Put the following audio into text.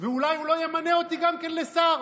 ואולי הוא לא ימנה אותי גם כן לשר.